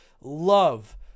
love